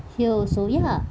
here also ya